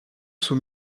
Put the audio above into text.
sous